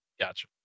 Gotcha